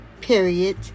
period